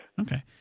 Okay